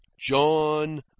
John